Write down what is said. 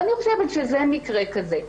אני חושבת שזה מקרה כזה.